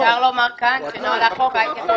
אפשר לומר כאן שנוהל האכיפה יתייחס לזה.